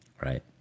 right